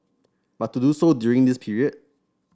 but to do so during this period